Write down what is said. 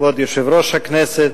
כבוד יושב-ראש הכנסת,